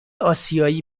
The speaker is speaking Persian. آسیایی